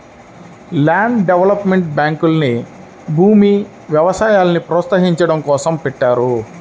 land development బ్యాంకుల్ని భూమి, వ్యవసాయాల్ని ప్రోత్సహించడం కోసం పెట్టారు